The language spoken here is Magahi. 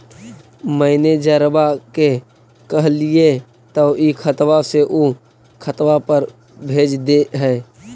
मैनेजरवा के कहलिऐ तौ ई खतवा से ऊ खातवा पर भेज देहै?